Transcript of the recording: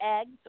eggs